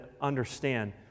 understand